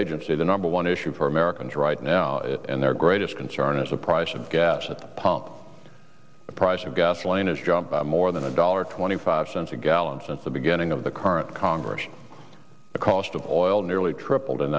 agency the number one issue for americans right now and their greatest concern is the price of gas at the pump the price of gasoline has jumped more than a dollar twenty five cents a gallon since the beginning of the current congress the cost of oil nearly tripled in